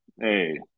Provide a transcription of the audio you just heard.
Hey